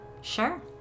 Sure